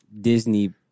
Disney